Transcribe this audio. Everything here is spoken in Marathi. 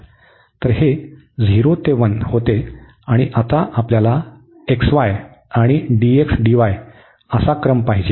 तर हे 0 ते 1 होते आणि आता आपल्याला xy आणि dx dy असा क्रम पाहिजे